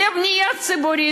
לבנייה ציבורית,